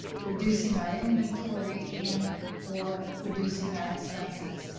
reducing our inventory and or reducing our expenses.